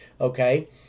okay